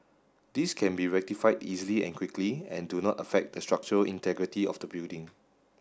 these can be rectified easily and quickly and do not affect the structural integrity of the building